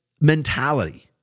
mentality